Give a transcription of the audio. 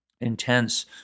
intense